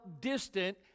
distant